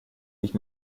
nicht